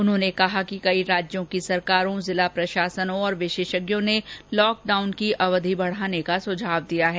उन्होंने कहा कि कई राज्यों की सरकारों जिला प्रशासनों और विशेषज्ञों ने लॉकडाउन की अवधि बढाने का सुझाव दिया है